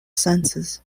senses